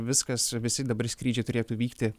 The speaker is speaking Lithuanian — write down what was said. viskas visi dabar skrydžiai turėtų vykti